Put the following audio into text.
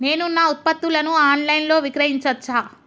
నేను నా ఉత్పత్తులను ఆన్ లైన్ లో విక్రయించచ్చా?